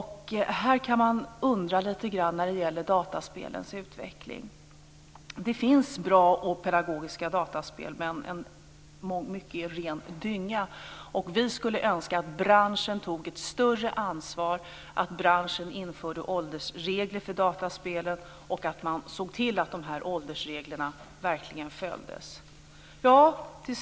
Här går det att undra lite grann över dataspelens utveckling. Det finns bra och pedagogiska dataspel, men mycket är ren dynga. Vi skulle önska att branschen tog ett större ansvar, att branschen införde åldersregler för dataspelen och att branschen ser till att åldersreglerna verkligen följs.